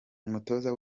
umutoza